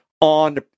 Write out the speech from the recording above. on